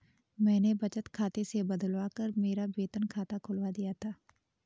मैंने बचत खाते से बदलवा कर मेरा वेतन खाता खुलवा लिया था